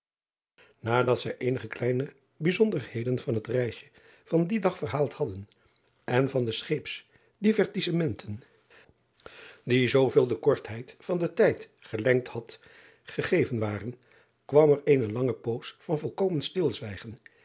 adat zij eenige kleine bijzonderheden van het reisje van dien dag verhaald hadden en van de scheepsdivertissementen die zooveel de kortheid van driaan oosjes zn et leven van aurits ijnslager den tijd gehengd had gegeven waren kwam er eene lange poos van volkomen stilzwijgen